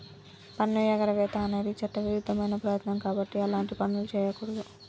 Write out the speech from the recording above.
పన్నుఎగవేత అనేది చట్టవిరుద్ధమైన ప్రయత్నం కాబట్టి అలాంటి పనులు చెయ్యకూడదు